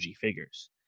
figures